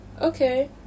okay